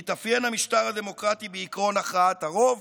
מתאפיין המשטר הדמוקרטי בעקרון הכרעת הרוב?